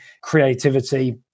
creativity